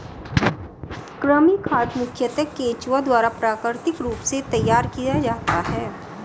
कृमि खाद मुखयतः केंचुआ द्वारा प्राकृतिक रूप से तैयार किया जाता है